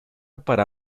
para